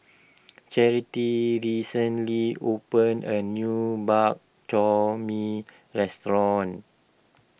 Charity recently opened a new Bak Chor Mee restaurant